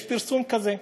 יש פרסום כזה,